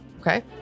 okay